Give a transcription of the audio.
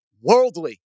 worldly